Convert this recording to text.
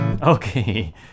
Okay